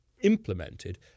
implemented